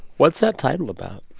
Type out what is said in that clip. what's that title about?